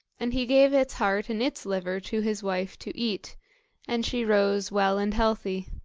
and he gave its heart and its liver to his wife to eat and she rose well and healthy.